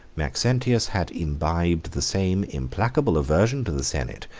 maxentius had imbibed the same implacable aversion to the senate,